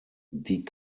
die